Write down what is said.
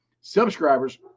subscribers